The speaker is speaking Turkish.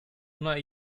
buna